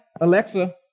Alexa